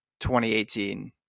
2018